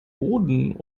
boden